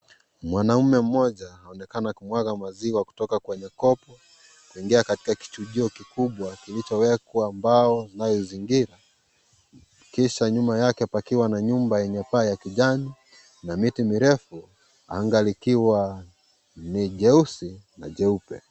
Mwanaume mmoja aonekana kumwaga maziwa kutoka kwenye kopo kuingia katika kichujio kikubwa kilichowekwa mbao inayozingira, kisha nyuma pakiwa na nyumba yenye paa ya kijani na miti mirefu anga likiwa ni jeusi na jeupe.